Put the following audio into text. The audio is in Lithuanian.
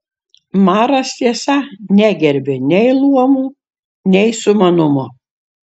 maras tiesa negerbė nei luomų nei sumanumo